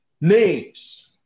names